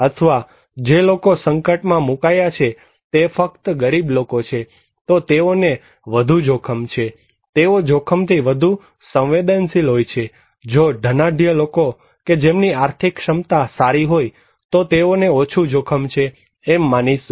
અથવા જે લોકો સંકટમાં મુકાયા છે તે ફક્ત ગરીબ લોકો છે તો તેઓને વધુ જોખમ છે તેઓ જોખમથી વધુ સંવેદનશીલ હોય છે અને જો ધનાઢ્ય લોકો કે જેમની આર્થિક ક્ષમતા સારી હોય તો તેઓને ઓછું જોખમ છે એમ માનીશું